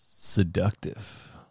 Seductive